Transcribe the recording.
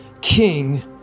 King